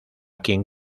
quien